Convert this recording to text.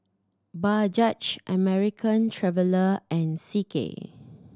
Bajaj American Traveller and C K